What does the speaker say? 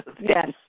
Yes